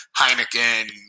Heineken